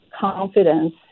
confidence